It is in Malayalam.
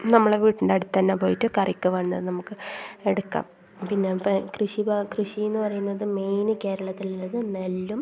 നമ്മള വീട്ടിൻ്റെ അടുത്തുതന്നെ പോയിട്ട് കറിക്ക് വേണ്ടത് നമുക്ക് എടുക്കാം പിന്നെ ഇപ്പം കൃഷി ഇതാ കൃഷി എന്ന് പറയുന്നത് മെയിൻ കേരളത്തിലുള്ളത് നെല്ലും